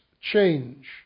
change